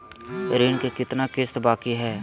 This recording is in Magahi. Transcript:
ऋण के कितना किस्त बाकी है?